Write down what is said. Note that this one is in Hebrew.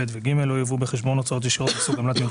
(ב) ו-(ג) לא יובאו בחשבון הוצאות ישירות מסוג עמלת ניהול